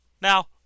now